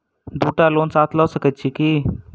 दु टा लोन साथ लऽ सकैत छी की?